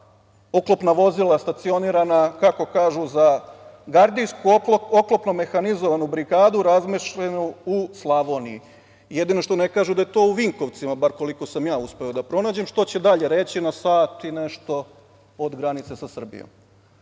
oklopna vozila stacionirana kako kažu, za gardijsku oklopnu mehanizovanu brigadu razmeštena u Slavoniji. Jedino što ne kažu da je to u Vinkovcima, bar koliko sam ja uspeo da pronađem, što će dalje reći na samo sat i nešto do granice sa Srbijom.